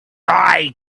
eye